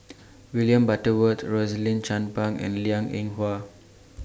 William Butterworth Rosaline Chan Pang and Liang Eng Hwa